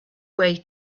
way